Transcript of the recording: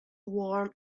warm